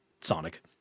Sonic